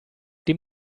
dem